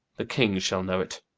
the king shall know it,